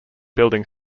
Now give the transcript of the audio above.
building